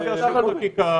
לקחת חקיקה